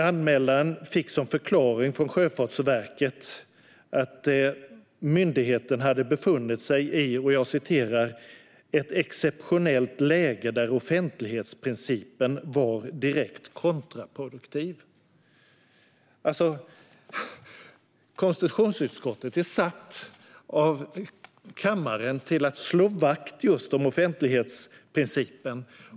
Anmälaren fick som förklaring från Sjöfartsverket att myndigheten hade befunnit sig i ett exceptionellt läge där offentlighetsprincipen var direkt kontraproduktiv. Justitieombuds-männens ämbets-berättelse Konstitutionsutskottet är tillsatt av kammaren att slå vakt just om offentlighetsprincipen.